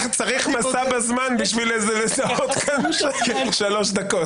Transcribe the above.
מסע בזמן בשביל לזהות כאן שלוש דקות.